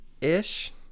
Ish